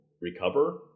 recover